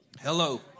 Hello